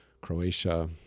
croatia